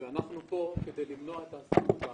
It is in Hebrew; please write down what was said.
ואנחנו פה כדי למנוע את האסון הבא.